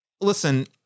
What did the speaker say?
Listen